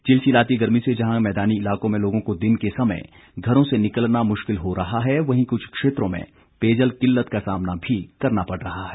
चिलचिलाती गर्मी से जहां मैदानी इलाकों में लोगों को दिन के समय घरों से निकलना मुश्किल हो रहा है वहीं कुछ क्षेत्रों में पेयजल किल्लत का सामना भी करना पड़ रहा है